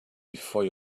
before